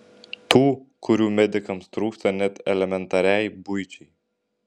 tų kurių medikams trūksta net elementariai buičiai